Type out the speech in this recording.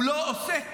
הוא לא עושה כלום.